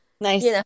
Nice